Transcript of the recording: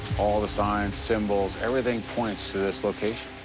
all the signs, symbols everything points to this location.